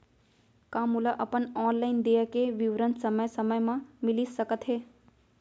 का मोला अपन ऑनलाइन देय के विवरण समय समय म मिलिस सकत हे?